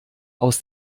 aus